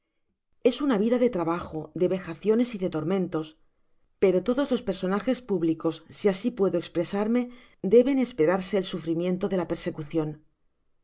es una vida de trabajo de vejaciones y de tormentos pero todos los personajes públicos si asi puedo espresarme deben esperarse el sufrimiento de la persecucion